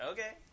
Okay